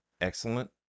Excellent